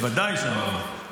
בוודאי שאמרו.